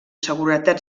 seguretat